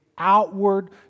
Outward